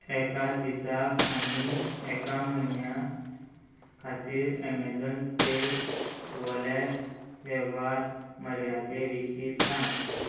एका दिसाक आनी एका म्हयन्या खातीर एमेझॉन पे वॉलेट वेव्हार मर्यादे विशीं सांग